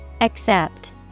Accept